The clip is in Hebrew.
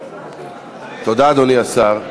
תודה, אדוני השר.